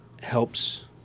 helps